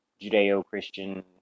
Judeo-Christian